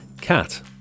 cat